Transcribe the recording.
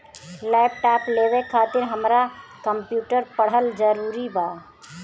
Laptop लेवे खातिर हमरा कम्प्युटर पढ़ल जरूरी बा?